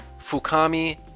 Fukami